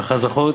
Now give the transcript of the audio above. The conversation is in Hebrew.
והחזקות,